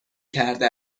کرده